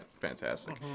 fantastic